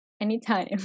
anytime